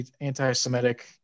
anti-Semitic